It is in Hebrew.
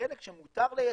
שהחלק שמותר ליצוא,